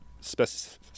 specific